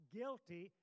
guilty